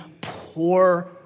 poor